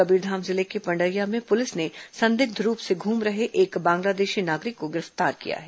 कबीरधाम जिले के पंडरिया में पुलिस ने संदिग्ध रूप से घूम रहे एक बांग्लादेशी नागरिक को गिरफ्तार किया है